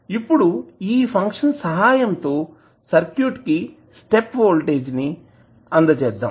ఇప్పుడు ఈ ఫంక్షన్ సహాయం తో సర్క్యూట్ కి స్టెప్ వోల్టేజ్ ని అందజేద్దాం